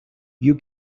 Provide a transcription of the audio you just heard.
you